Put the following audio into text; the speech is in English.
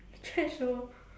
threshold